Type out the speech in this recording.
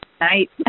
night